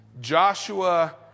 Joshua